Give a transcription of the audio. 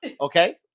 Okay